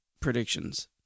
Predictions